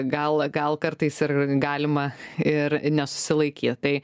gal gal kartais ir galima ir nesusilaiky tai